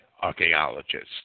archaeologists